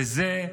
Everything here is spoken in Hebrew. וזה --- מוסאיוף.